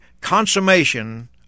consummation